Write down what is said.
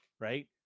Right